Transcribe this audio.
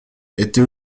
était